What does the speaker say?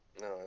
No